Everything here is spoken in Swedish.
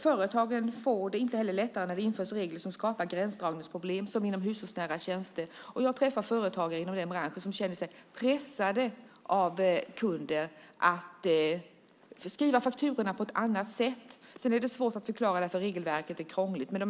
Företagen får det inte heller lättare när det införs regler som skapar gränsdragningsproblem, som fallet är med hushållsnära tjänster. Jag har träffat företag i den branschen som känner sig pressade av kunder att skriva fakturor på ett annorlunda sätt. Sedan är det svårt att förklara, för regelverket är krångligt.